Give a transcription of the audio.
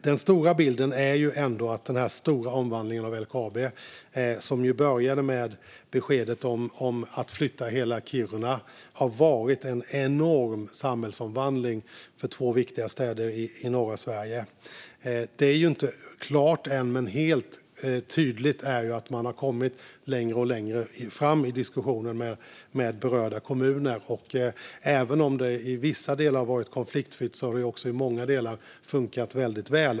Den stora bilden är ändå att den stora omvandlingen av LKAB, som ju började med beskedet om att hela Kiruna skulle flyttas, har varit en enorm samhällsomvandling för två viktiga städer i norra Sverige. Det är inte klart än, men helt tydligt är att man har kommit längre och längre i diskussionerna med berörda kommuner. Även om det i vissa delar har varit konfliktfyllt har det också i många delar funkat väldigt väl.